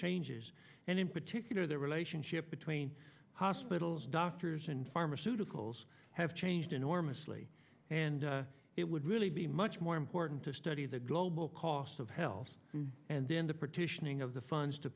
changes and in particular the relationship between hospitals doctors and pharmaceuticals have changed enormously and it would really be much more important to study the global cost of health and then the partitioning of the funds to